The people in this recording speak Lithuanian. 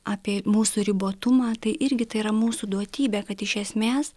apie mūsų ribotumą tai irgi tai yra mūsų duotybė kad iš esmės